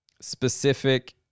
specific